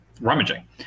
rummaging